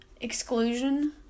Exclusion